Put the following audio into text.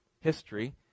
history